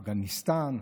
אפגניסטן,